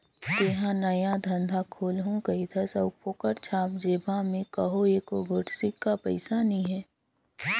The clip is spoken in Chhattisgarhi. तेंहा नया धंधा खोलहू कहिथस अउ फोकट छाप जेबहा में कहों एको गोट सिक्का पइसा नी हे